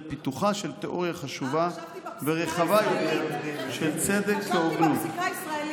פיתוחה של תיאוריה חשובה ורחבה יותר של 'צדק כהוגנות'".